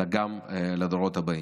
אלא גם לדורות הבאים.